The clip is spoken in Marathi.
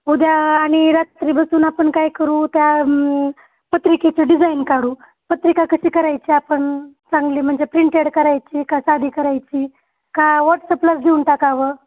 उद्या आणि रात्री बसून आपण काय करू त्या पत्रिकेची डिझाईन काढू पत्रिका कशी करायची आपण चांगली म्हनजे प्रिंटेड करायची आहे का साधी करायची का व्हॉट्सअपलाच देऊन टाकावं